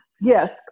yes